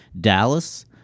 Dallas